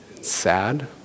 sad